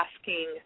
asking